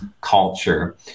culture